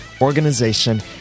organization